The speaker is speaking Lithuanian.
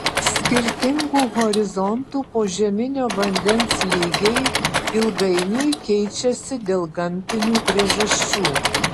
skirtingų horizontų požeminio vandens lygiai ilgainiui keičiasi dėl gamtinių priežasčių